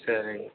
சரிங்க